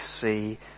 see